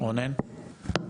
רונן.